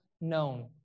known